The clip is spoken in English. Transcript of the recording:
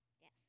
Yes